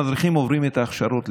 המדריכים עוברים את ההכשרות,